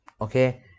okay